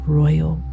royal